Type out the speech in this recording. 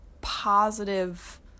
positive